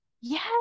Yes